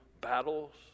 battles